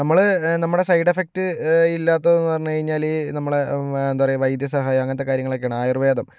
നമ്മൾ നമ്മുടെ side effect ഇല്ലാത്തതെന്ന് പറഞ്ഞു കഴിഞ്ഞാൽ നമ്മളെ എന്താ പറയുക വൈദ്യസഹായം അങ്ങനത്തെ കാര്യങ്ങളൊക്കെയാണ് ആയുർവേദം